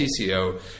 TCO